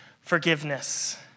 forgiveness